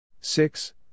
Six